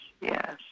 yes